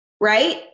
right